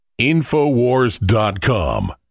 Infowars.com